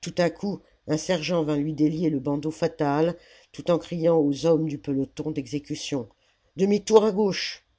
tout à coup un sergent vint lui délier le bandeau fatal tout en la commune criant aux hommes du peloton d'exécution demitour à gauche